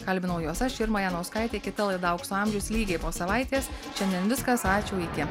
kalbinau juos aš irma janauskaitė kita laida aukso amžius lygiai po savaitės šiandien viskas ačiū iki